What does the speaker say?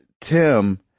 Tim